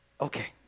Okay